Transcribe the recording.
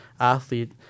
athlete